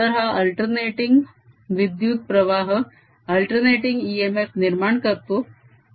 तर हा अल्टर्नेटींग विद्युत प्रवाह अल्टर्नेटींग इएमएफ निर्माण करतो